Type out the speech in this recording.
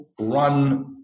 Run